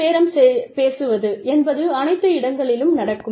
கூட்டுப் பேரம் பேசுவது என்பது அனைத்து இடங்களிலும் நடக்கும்